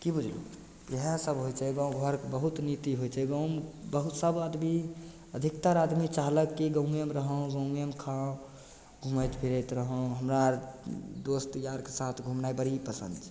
कि बुझलहुँ इएहे सभ होइ छै गाँव घरके बहुत नीति होइ छै गाँवमे बहुत सभ आदमी अधिकतर आदमी चाहलक कि गाँवेमे रहौं गाँवेमे खाउ घुमैत फिरैत रहौं हमरा अर दोस्त यारके साथ घुमनाइ बड़ी पसन्द